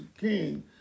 King